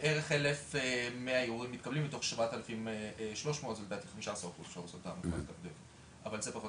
בערך 1,100 ערעורים מתקבלים מתוך 7,300. זה בערך 15%. להערכתכם,